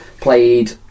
played